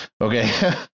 okay